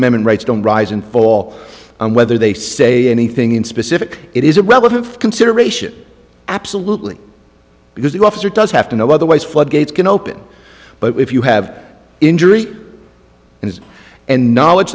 amendment rights don't rise and fall whether they say anything in specific it is a relative consideration absolutely because the officer does have to know otherwise floodgates can open but if you have injury and it's and knowledge